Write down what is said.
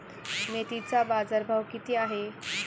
मेथीचा बाजारभाव किती आहे?